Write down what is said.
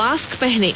mask पहनें